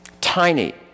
Tiny